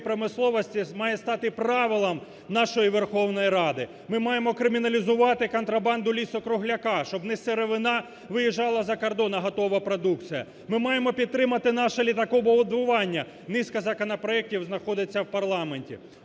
має стати правилом нашої Верховної Ради. Ми маємо криміналізувати контрабанду лісу-кругляку, щоб не сировина виїжджала за кордон, а готова продукція. Ми маємо підтримати наше літакобудування, низка законопроектів знаходиться в парламенті.